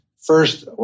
first